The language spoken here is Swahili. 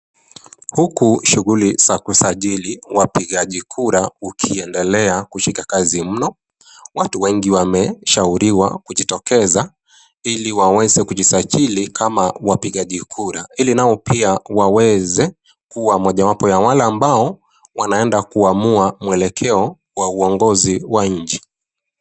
Huku shughuli za kusajili wapigaji kura ukiendelea kushika kazi mno. Watu wengi wameshauriwa kujitokeza ili waweze kujisajili kama wapigaji kura ili nao pia waweze kuwa mojawapo ya wale ambao wanaenda kuamua mwelekeo wa uongozi wa nchi.